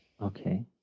Okay